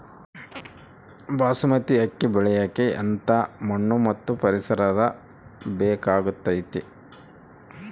ಬಾಸ್ಮತಿ ಅಕ್ಕಿ ಬೆಳಿಯಕ ಎಂಥ ಮಣ್ಣು ಮತ್ತು ಪರಿಸರದ ಬೇಕಾಗುತೈತೆ?